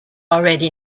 already